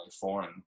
foreign